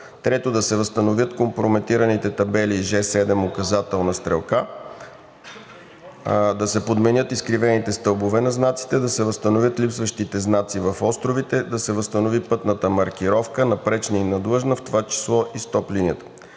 Трето, да се възстановят компрометираните табели Ж7 – указателна стрелка; да се подменят изкривените стълбове на знаците; да се възстановят липсващите знаци в островите; да се възстанови пътната маркировка – напречна и надлъжна, в това число и STOP линията.